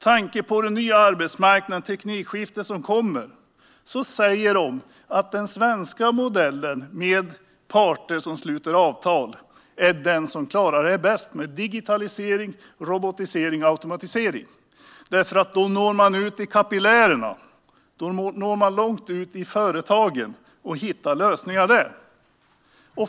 Med tanke på den nya arbetsmarknaden och det teknikskifte som kommer säger de att den svenska modellen, med parter som sluter avtal, är den som klarar digitalisering, robotisering och automatisering bäst. Då når man nämligen ut i kapillärerna, långt ut i företagen, och hittar lösningar där.